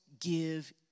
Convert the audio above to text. give